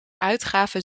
uitgaven